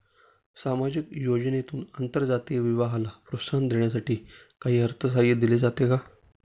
सामाजिक योजनेतून आंतरजातीय विवाहाला प्रोत्साहन देण्यासाठी काही अर्थसहाय्य दिले जाते का?